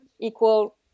equal